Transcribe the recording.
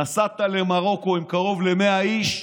נסעת למרוקו עם קרוב ל-100 איש.